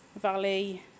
Valley